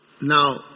Now